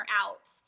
out